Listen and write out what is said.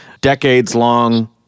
decades-long